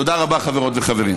תודה רבה, חברות וחברים.